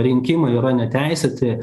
rinkimai yra neteisėti